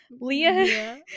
Leah